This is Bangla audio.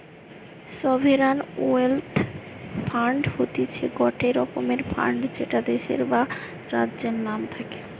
সভেরান ওয়েলথ ফান্ড হতিছে গটে রকমের ফান্ড যেটা দেশের বা রাজ্যের নাম থাকে